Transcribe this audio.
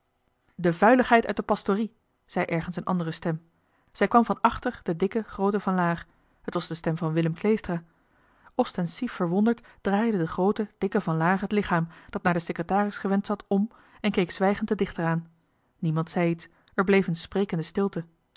de vuiligheid uit de pastorie zei een andere stem zij kwam van achter den dikken grooten van laer het was de stem van willem kleestra ostensief verwonderd draaide de groote dikke van laer het lichaam dat naar den secretaris gewend zat om en keek zwijgend even den dichter aan niemand zei daarna iets er bleef een sprekende stilte